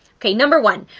okay? number one,